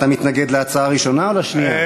אתה מתנגד להצעה הראשונה, או לשנייה?